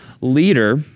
leader